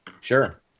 Sure